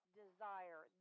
desire